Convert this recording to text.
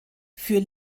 für